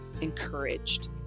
encouraged